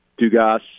Dugas